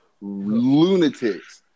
lunatics